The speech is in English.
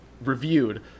reviewed